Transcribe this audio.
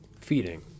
feeding